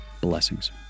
Blessings